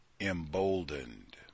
Emboldened